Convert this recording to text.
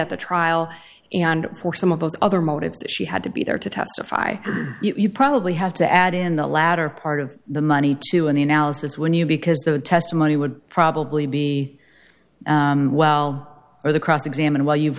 at the trial and for some of those other motives that she had to be there to testify you probably have to add in the latter part of the money too in the analysis when you because the testimony would probably be well or the cross examine well you've